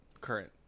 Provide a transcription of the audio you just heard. Current